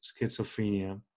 schizophrenia